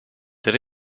der